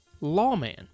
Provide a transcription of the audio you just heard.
lawman